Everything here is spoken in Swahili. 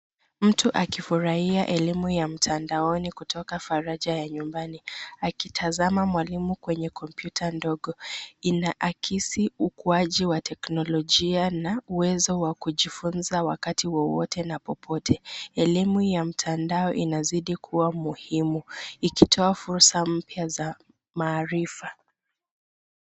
Mtu akifurahia elimu ya mtandaoni kutoka faraja ya nyumbani. Akitazama mwalimu kwenye kompyuta ndogo. Inaakisi ukuaji wa teknolojia na uwezo wa kujifunza wakati wowote na popote. Elimu ya mtandao inazidi kuwa muhimu. Ikitoa fursa mpya za maarifa.`